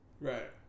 Right